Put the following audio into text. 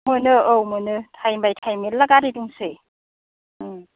मोनो औ मोनो टाइम बाय टाइम मेरला गारि दंसै ओं